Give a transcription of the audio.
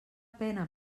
pena